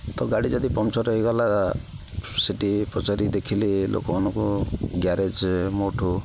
ତ ଗାଡ଼ି ଯଦି ପନ୍ଚର୍ ହୋଇଗଲା ସେଇଠି ପଚାରିକି ଦେଖିଲି ଲୋକମାନଙ୍କୁ ଗ୍ୟାରେଜ୍ ମୋଠୁ